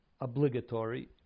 obligatory